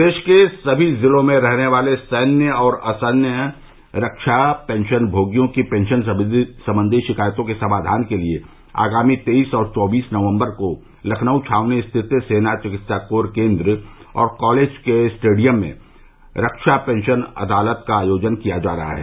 प्रदेश के समी जिलों में रहने वाले सैन्य और असैन्य रक्षा पेंशन भोगियों की पेंशन संबंदी शिकायतों के समाधान के लिये आगामी तेईस और चौबीस नवम्बर को लखनऊ छावनी स्थित सेना विकित्सा कोर केन्द्र और कॉलेज के स्टेडियम में रक्षा पेंशन अदालत का आयोजन किया जा रहा है